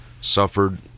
suffered